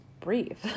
breathe